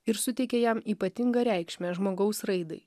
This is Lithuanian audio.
ir suteikė jam ypatingą reikšmę žmogaus raidai